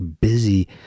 busy